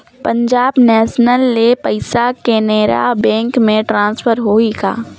Punjab national ले पइसा Canara bank मे ट्रांसफर होहि कौन?